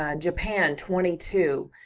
ah japan, twenty two,